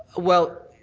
well,